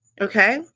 Okay